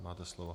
Máte slovo.